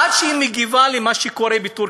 עד שהיא מגיבה על מה שקורה בטורקיה.